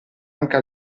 anche